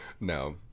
No